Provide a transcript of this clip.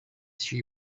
she